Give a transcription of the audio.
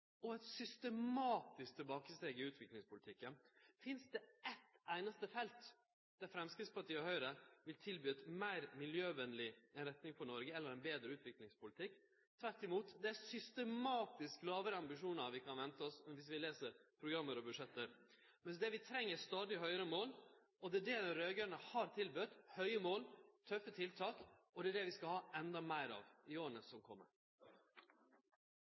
og eit systematisk tilbakesteg i utviklingspolitikken. Finst det eitt einaste felt der Framstegspartiet og Høgre vil tilby ei meir miljøvenleg retning eller betre utviklingspolitikk for Noreg? Tvert imot: Det er systematisk lavere ambisjonar vi kan vente oss, dersom vi les program eller budsjettforslag. Det vi treng, er stadig høgare mål, og det er det dei raud-grøne har tilbode – høge mål, tøffe tiltak, og det er det vi skal ha enda meir av i åra som